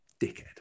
dickhead